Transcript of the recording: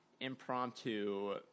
impromptu